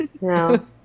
No